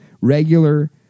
regular